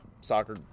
soccer